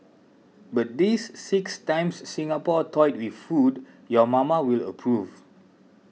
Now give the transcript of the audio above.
but these six times Singapore toyed with food your mama will approve